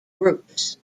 groups